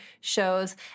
shows